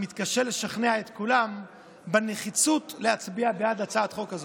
אני מתקשה לשכנע את כולם בנחיצות להצביע בעד הצעת החוק הזאת.